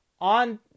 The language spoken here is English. on